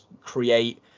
create